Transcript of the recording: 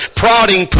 prodding